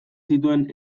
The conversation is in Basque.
zituen